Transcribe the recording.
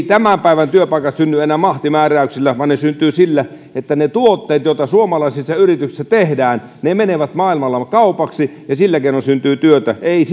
tämän päivän työpaikat synny enää mahtimääräyksillä vaan ne syntyvät sillä että ne tuotteet joita suomalaisissa yrityksissä tehdään menevät maailmalla kaupaksi sillä keinoin syntyy työtä ei